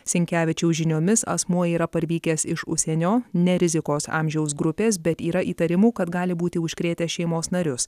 sinkevičiaus žiniomis asmuo yra parvykęs iš užsienio ne rizikos amžiaus grupės bet yra įtarimų kad gali būti užkrėtęs šeimos narius